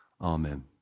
Amen